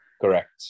Correct